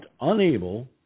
unable